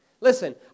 Listen